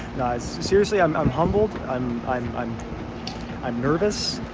nice seriously, i'm i'm humbled. i'm i'm i'm i'm nervous.